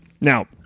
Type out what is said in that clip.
Now